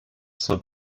zur